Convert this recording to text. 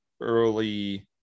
early